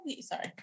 Sorry